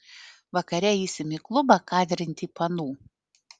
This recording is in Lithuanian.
vakare eisim į klubą kadrinti panų